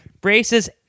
braces